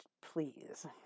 please